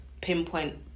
pinpoint